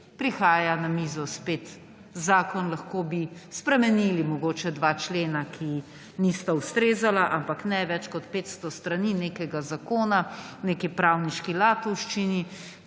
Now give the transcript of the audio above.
prihaja na mizo spet zakon. Lahko bi spremenili mogoče 2 člena, ki nista ustrezala, ampak ne, več kot 500 strani nekega zakona v neki pravniški latovščini,